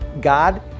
God